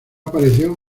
apareció